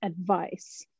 advice